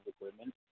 equipment